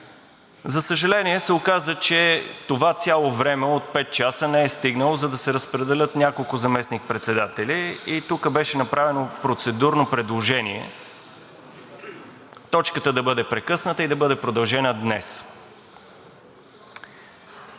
За съжаление, оказа се, че това цяло време от пет часа не е стигнало, за да се разпределят няколко заместник-председатели, и тук беше направено процедурно предложение точката да бъде прекъсната и да бъде продължена днес.